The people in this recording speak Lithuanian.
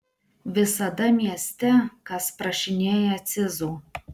visada mieste kas prašinėja cizų